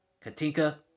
Katinka